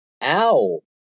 ow